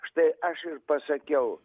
štai aš ir pasakiau